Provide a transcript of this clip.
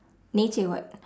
nature [what]